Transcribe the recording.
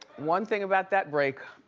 one thing about that break,